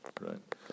right